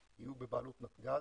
יהיו בבעלות נתג"ז,